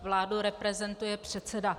Vládu reprezentuje předseda.